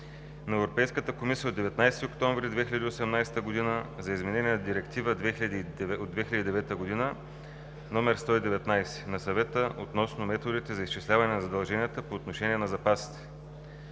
на Европейската комисия от 19 октомври 2018 г. за изменение на Директива 2009/119/ЕО на Съвета относно методите за изчисляване на задълженията по отношение на запасите.